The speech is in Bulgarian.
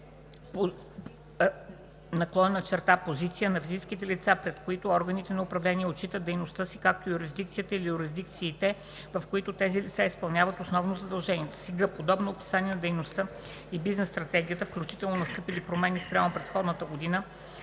и длъжност/позиция на физическите лица, пред които органите на управление отчитат дейността си, както и юрисдикцията или юрисдикциите, в които тези лица изпълняват основно задълженията си; г) подробно описание на дейността и бизнес стратегията (включително настъпили промени спрямо предходната година),